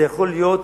זה יכול להיות